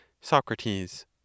Socrates